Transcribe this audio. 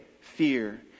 fear